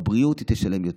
בבריאות היא תשלם יותר,